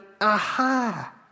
aha